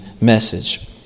message